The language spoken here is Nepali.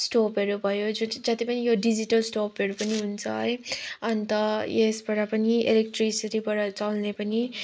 स्टोभहरू भयो जो चाहिँ जति पनि यो डिजिटल स्टोभहरू पनि हुन्छ है अन्त यसबाट पनि इलेक्ट्रिसिटीबाट चल्ने पनि